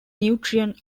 nutrient